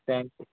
thank you